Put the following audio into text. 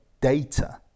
data